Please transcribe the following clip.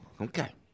Okay